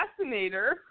assassinator